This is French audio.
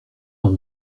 ont